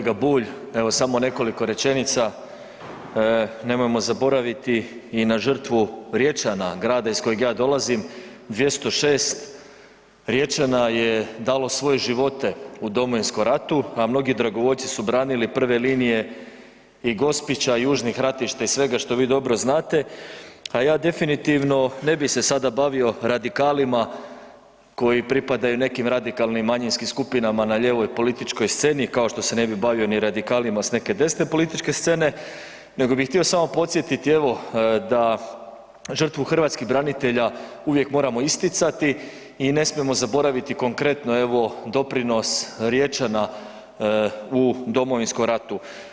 Kolega Bulj, evo samo nekoliko rečenica nemojmo zaboraviti i na žrtvu Riječana, grada iz kojeg ja dolazim, 206 Riječana je dalo svoje živote u Domovinskom ratu, a mnogi dragovoljci su branili prve linije i Gospića i južnih ratišta i svega što vi dobro znate, a ja definitivno ne bi se sada bavio radikalima koji pripadaju nekim radikalnim manjinskim skupinama na lijevoj političkoj sceni kao što se ne bi bavio ni radikalima s neke desne političke scene, nego bih htio samo podsjetiti evo da žrtvu hrvatskih branitelja uvijek moramo isticati i ne smijemo zaboraviti konkretno evo doprinos Riječana u Domovinskom ratu.